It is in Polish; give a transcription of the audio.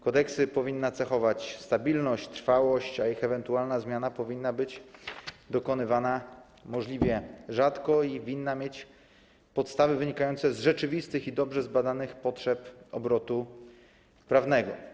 Kodeksy powinna cechować stabilność, trwałość, a ich ewentualna zmiana powinna być dokonywana możliwie rzadko i winna mieć podstawy wynikające z rzeczywistych i dobrze zbadanych potrzeb obrotu prawnego.